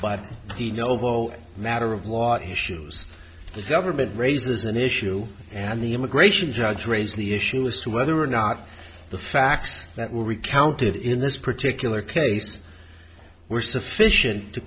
but the noble matter of law at his shoes the government raises an issue and the immigration judge raised the issue as to whether or not the facts that were recounted in this particular case were sufficient to